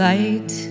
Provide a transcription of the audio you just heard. Light